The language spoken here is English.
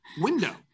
window